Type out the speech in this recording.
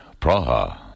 Praha